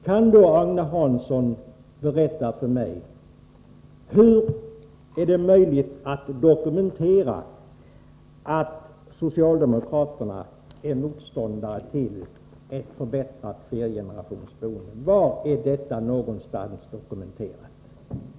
Kan då Agne Hansson berätta för mig hur det är möjligt att dokumentera att socialdemokraterna är motståndare till ett förbättrat flergenerationsboende?